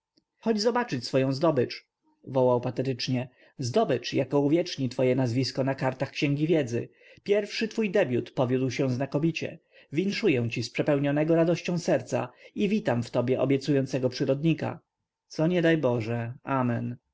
zobaczyć swoję zdobyczl wołał patetycznie zdobycz jaka uwieczni twoje nazwisko na kartach księgi wiedzy pierwszy twój debiut powiódł się znakomicie winszuję ci z przepełnionego radością serca i witam w tobie obiecującego przyrodnika co nie daj boże